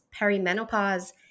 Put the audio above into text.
perimenopause